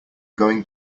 going